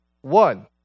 One